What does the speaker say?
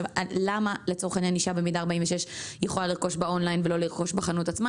למה אישה במידה 46 יכולה לרכוש באונליין ולא לרכוש בחנות עצמה?